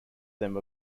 them